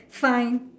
fine